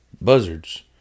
buzzards